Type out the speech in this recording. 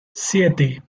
siete